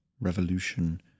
revolution